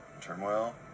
turmoil